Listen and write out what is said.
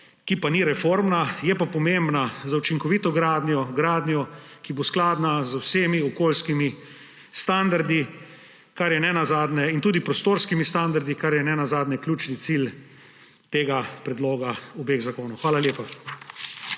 ki ni reformna, je pa pomembna za učinkovito gradnjo, gradnjo, ki bo skladna z vsemi okoljskimi in tudi prostorskimi standardi, kar je ne nazadnje ključni cilj predlogov obeh zakonov. Hvala lepa.